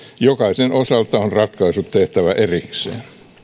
jokaisen osalta on ratkaisut tehtävä erikseen